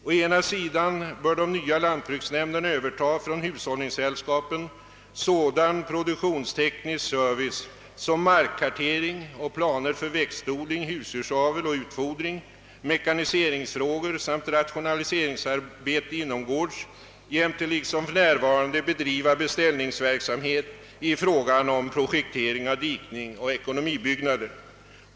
Å ena sidan bör de nya lantbruksnämnderna överta från hushållningssällskapen sådan produktionsteknisk service som markkartering och planer för växtodling, husdjursavel och utfodring, mekaniseringsfrågor samt rationaliseringsarbete inomgårds jämte liksom för närvarande bedriva beställningsverksamhet inom projektering av dikning och ekonomibyggnader.